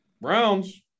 Browns